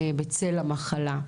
בצל המחלה.